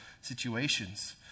situations